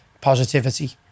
positivity